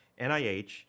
NIH